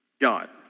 God